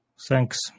Thanks